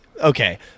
okay